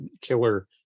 killer